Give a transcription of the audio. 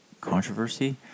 controversy